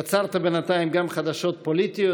יצרת בינתיים גם חדשות פוליטיות.